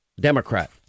democrat